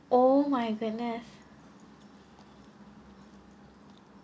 oh my goodness